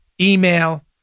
email